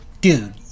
Dude